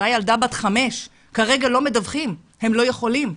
אותה ילדה בת חמש כרגע לא מדווחים, הם לא יכולים.